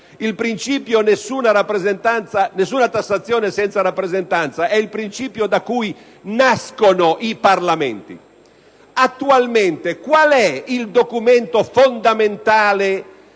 Il principio «nessuna tassazione senza rappresentanza» è il principio da cui nascono i Parlamenti. Attualmente, qual è il documento fondamentale